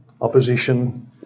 opposition